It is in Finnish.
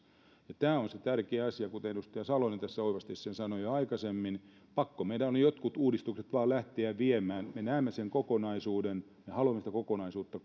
tämä on se tärkeä asia kuten edustaja salonen tässä oivasti sanoi jo aikaisemmin pakko meidän on jotkut uudistukset vain lähteä viemään me näemme sen kokonaisuuden ja me haluamme sitä kokonaisuutta